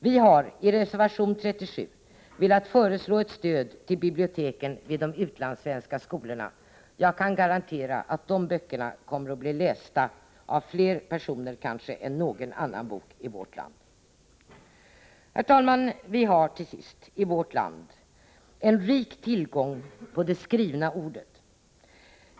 Vi har i reservation 37 velat föreslå ett stöd till biblioteken vid de utlandssvenska skolorna. Jag kan garantera att de böckerna kommer att bli lästa av kanske fler personer än någon annan bok i vårt land. Herr talman! Vi har i vårt land en rik tillgång på det skrivna ordet.